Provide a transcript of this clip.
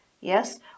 yes